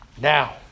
now